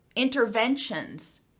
interventions